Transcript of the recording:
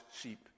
sheep